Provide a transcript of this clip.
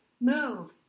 move